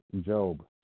Job